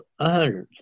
100